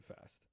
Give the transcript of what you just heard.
fast